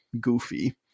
goofy